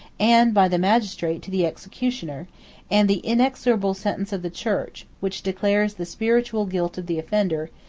and by the magistrate to the executioner and the inexorable sentence of the church, which declares the spiritual guilt of the offender,